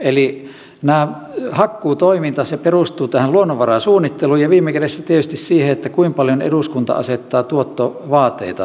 eli hakkuutoiminta perustuu tähän luonnonvarasuunnitteluun ja viime kädessä tietysti siihen kuinka paljon eduskunta asettaa tuottovaateita metsähallitukselle